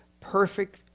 perfect